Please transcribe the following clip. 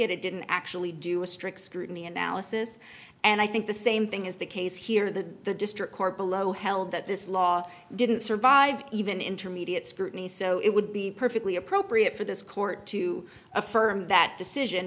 it it didn't actually do a strict scrutiny analysis and i think the same thing is the case here the the district court below held that this law didn't survive even intermediate scrutiny so it would be perfectly appropriate for this court to affirm that decision